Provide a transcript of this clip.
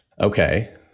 Okay